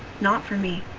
not for me.